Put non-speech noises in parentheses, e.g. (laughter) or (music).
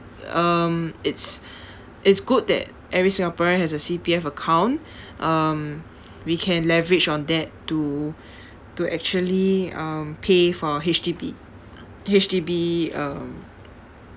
um it's (breath) it's good that every singaporean has a C_P_F account (breath) um we can leverage on that to (breath) to actually um pay for our H_D_B H_D_B um